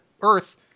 Earth